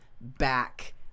back